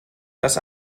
das